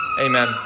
Amen